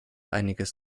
einiges